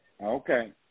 Okay